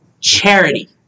charity